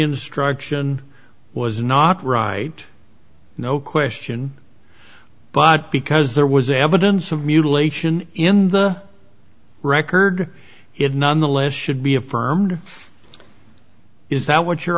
instruction was not right no question but because there was evidence of mutilation in the record it nonetheless should be affirmed is that what you're